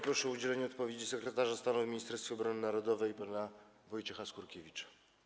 Proszę o udzielenie odpowiedzi sekretarza stanu w Ministerstwie Obrony Narodowej pana Wojciecha Skurkiewicza.